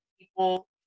people